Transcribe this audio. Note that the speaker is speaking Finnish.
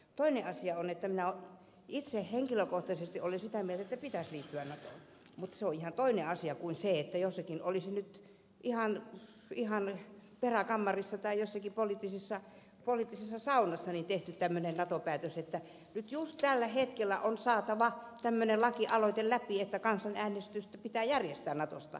toinen asia on että minä itse henkilökohtaisesti olen sitä mieltä että pitäisi liittyä natoon mutta se on ihan toinen asia kuin se että jossakin olisi nyt ihan peräkammarissa tai jossakin poliittisessa saunassa tehty tämmöinen nato päätös että nyt just tällä hetkellä on saatava tämmöinen lakialoite läpi että kansanäänestys pitää järjestää natosta